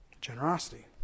Generosity